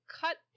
cut